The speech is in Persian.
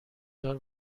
دار